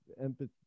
empathy